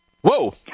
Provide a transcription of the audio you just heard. whoa